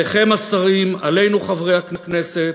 עליכם, השרים, עלינו, חברי הכנסת,